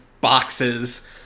boxes